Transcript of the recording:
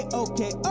okay